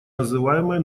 называемые